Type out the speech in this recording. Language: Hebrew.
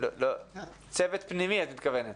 צוות פנימי את מתכוונת?